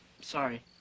Sorry